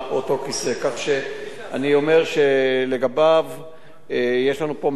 כך שאני אומר שלגביו יש לנו פה מקרה פרטי,